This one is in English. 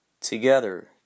together